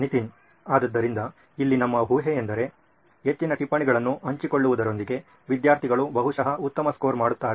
ನಿತಿನ್ ಆದ್ದರಿಂದ ಇಲ್ಲಿ ನಮ್ಮ ಊಹೆಯೆಂದರೆ ಹೆಚ್ಚಿನ ಟಿಪ್ಪಣಿಗಳನ್ನು ಹಂಚಿಕೊಳ್ಳುವುದರೊಂದಿಗೆ ವಿದ್ಯಾರ್ಥಿಗಳು ಬಹುಶಃ ಉತ್ತಮ ಸ್ಕೋರ್ ಮಾಡುತ್ತಾರೆ